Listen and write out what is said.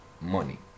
money